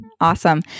Awesome